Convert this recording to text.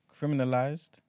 criminalized